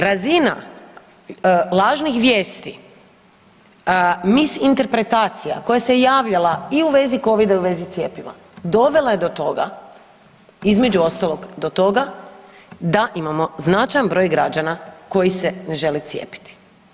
Razina lažnih vijesti mis interpretacija koja se javljala i u vezi covida i u vezi cjepiva dovela je to toga, između ostalog do toga da imamo značajan broj građana koji se ne žele cijepiti.